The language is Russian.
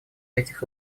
этих